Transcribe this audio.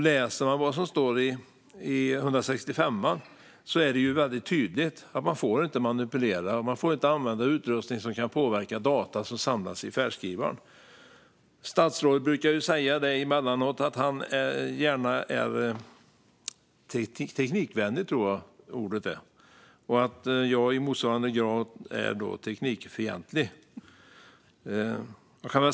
Det som står i 165:an är väldigt tydligt. Man får inte manipulera. Man får inte använda utrustning som kan påverka data som samlas i färdskrivaren. Statsrådet brukar emellanåt säga att han gärna är teknikvänlig, tror jag att ordet är, och att jag då i motsvarande grad är teknikfientlig.